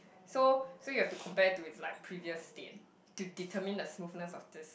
so so you have to compare to it's like previous state to determine the smoothness of this